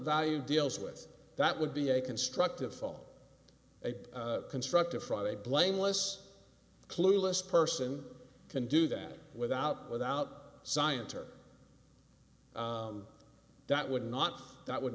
value deals with that would be a constructive fall a constructive friday blameless clueless person can do that without without scienter that would not that would